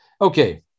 Okay